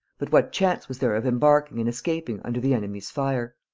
but what chance was there of embarking and escaping under the enemy's fire?